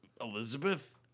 Elizabeth